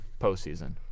Postseason